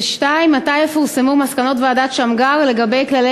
2. מתי יפורסמו מסקנות ועדת שמגר לגבי כללי